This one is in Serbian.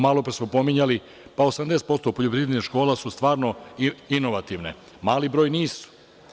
Malopre smo pominjali, pa 80% poljoprivrednih škola su inovativne, mali broj nije.